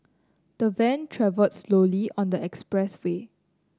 the van travelled slowly on the expressway